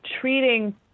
treating